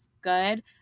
good